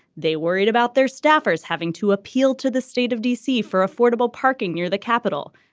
they worried about their staffers having to appeal to the state of d c. for affordable parking near the capitol.